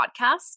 podcast